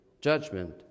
judgment